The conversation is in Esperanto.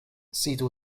sidu